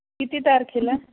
किती तारखेला